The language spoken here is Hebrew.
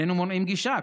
איננו מונעים גישה,